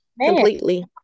completely